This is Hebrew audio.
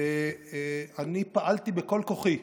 ואני פעלתי בכל כוחי,